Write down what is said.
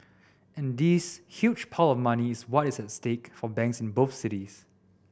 and this huge pile of money is what is at stake for banks in both cities